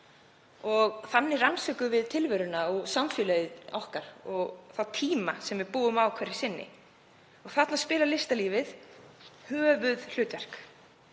og þannig rannsökum við tilveruna og samfélagið okkar og þá tíma sem við lifum hverju sinni. Þarna leikur listalífið höfuðhlutverk